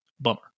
Bummer